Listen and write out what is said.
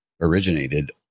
originated